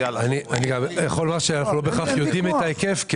אני גם יכול לומר שאנחנו לא בהכרח יודעים את ההיקף.